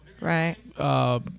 Right